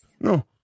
No